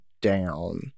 down